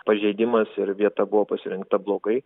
pažeidimas ir vieta buvo pasirinkta blogai